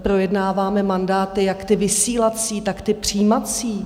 Projednáváme mandáty, jak ty vysílací, tak ty přijímací.